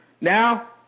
Now